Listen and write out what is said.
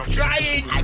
trying